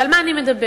ועל מה אני מדברת?